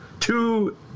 Two